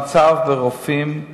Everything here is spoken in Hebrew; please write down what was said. המצב לגבי רופאים,